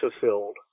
fulfilled